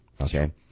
Okay